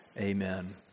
Amen